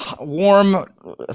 warm